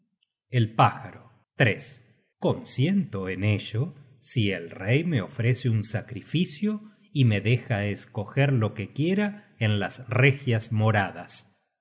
el pájaro consiento en ello si el rey me ofrece un sacrificio y me deja escoger lo que quiera en las regias moradas